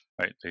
right